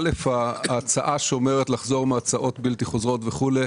א', ההצעה שאומרת לחזור מההצעות בלתי חוזרות וכו'.